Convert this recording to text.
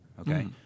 Okay